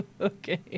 Okay